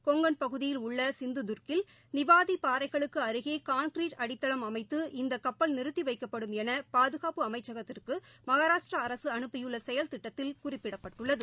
கொங்கன் பகுதியில் உள்ள சிந்து தர்க்கில் நிவாதி பாறைகளுக்கு அருகே கான்கிரிட் அடித்தளம் அமைத்து இந்த கப்பல் நிறுத்தி வைக்கப்படும் என பாதுகாப்பு அமைச்சகத்திற்கு மகாராஷ்டிரா அரசு அனுப்பியுள்ள செயல் திட்டத்தில் குறிப்பிடப்பட்டுள்ளது